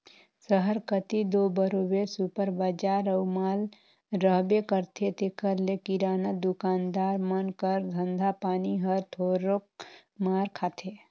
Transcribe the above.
सहर कती दो बरोबेर सुपर बजार अउ माल रहबे करथे तेकर ले किराना दुकानदार मन कर धंधा पानी हर थोरोक मार खाथे